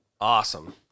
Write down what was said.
awesome